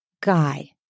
guy